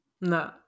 no